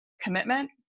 commitment